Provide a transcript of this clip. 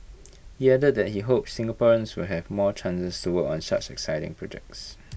he added that he hopes Singaporeans will have more chances to work on such exciting projects